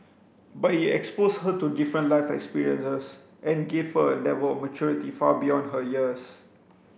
but it exposed her to different life experiences and gave her a level of maturity far beyond her years